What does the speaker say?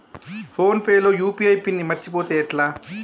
Phone pay లో UPI pin మరచిపోతే ఎట్లా?